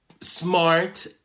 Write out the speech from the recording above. smart